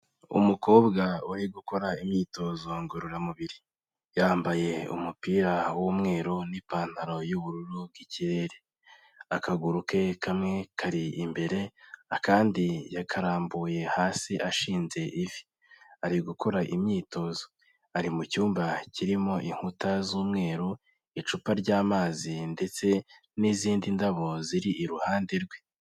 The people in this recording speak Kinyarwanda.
Umukobwa uri gukora imyitozo ngororamubiri, yambaye umupira w'umweru n'ipantaro y'ubururu bw'ikirere, akaguru ke kamwe kari imbere akandi yakarambuye hasi ashinze ivi. Ari gukora imyitozo ari mu cyumba kirimo inkuta z'umweru, icupa ry'amazi ndetse n'izindi ndabo ziri iruhande rwe.